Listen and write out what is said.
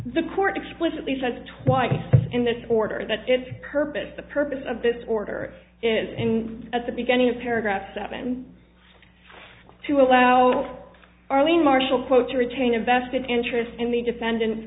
the court explicitly says twice in this order that its purpose the purpose of this order is in at the beginning of paragraph seven to allow both arlene marshall quote to retain a vested interest in the defendant